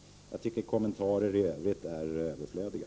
Jag finner att kommentarer i övrigt är överflödiga.